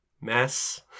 Mess